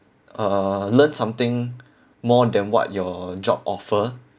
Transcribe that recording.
uh learn something more than what your job offer